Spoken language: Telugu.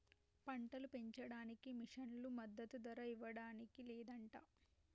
పంటలు పెంచడానికి మిషన్లు మద్దదు ధర ఇవ్వడానికి లేదంట